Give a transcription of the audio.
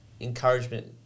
encouragement